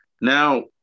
Now